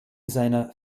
seiner